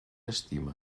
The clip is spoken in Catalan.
estima